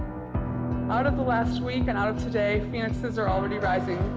out of the last week, and out of today. phoenixes are already rising.